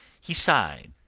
he sighed.